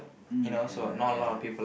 mmhmm ya ya